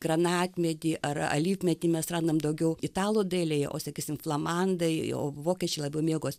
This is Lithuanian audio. granatmedį ar alyvmedį mes randam daugiau italų dailėje o sakysim flamandai o vokiečiai labiau mėgo